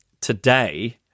today